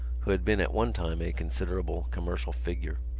who had been at one time a considerable commercial figure.